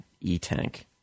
E-Tank